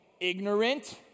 ignorant